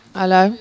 hello